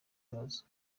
bwazo